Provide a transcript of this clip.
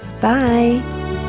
Bye